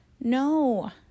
No